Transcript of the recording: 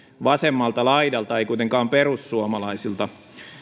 vasemmalta laidalta ei kuitenkaan perussuomalaisilta